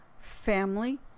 family